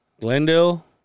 Glendale